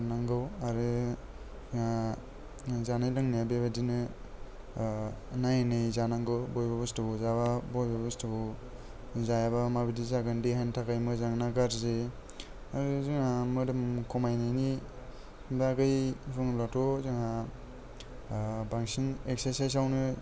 खारनांगौ आरो जानाय लोंनाया बेबायदिनो नायै नायै जानांगौ बबे बुस्थुखौ जाब्ला बबे बुस्थुखौ जायाब्ला माबायदि जागोन देहानि थाखाय मोजां ना गाज्रि आरो जोंहा मोदोम खमायनायनि बागै बुङोब्लाथ' जोंहा बांसिन एक्सारसाइस आवनो